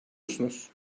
musunuz